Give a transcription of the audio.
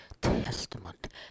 Testament